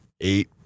eight